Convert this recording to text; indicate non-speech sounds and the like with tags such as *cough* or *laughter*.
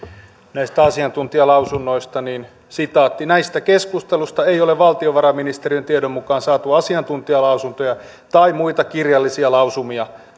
näistä asiantuntijalausunnoista näistä keskusteluista ei ole valtiovarainministeriön tiedon mukaan saatu asiantuntijalausuntoja tai muita kirjallisia lausumia *unintelligible*